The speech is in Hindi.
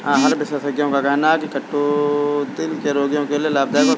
आहार विशेषज्ञों का कहना है की कद्दू दिल के रोगियों के लिए लाभदायक होता है